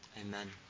Amen